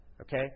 Okay